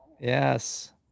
Yes